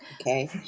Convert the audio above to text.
okay